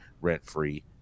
rent-free